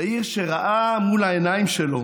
יאיר, שראה מול העיניים שלו